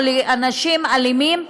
או לאנשים אלימים,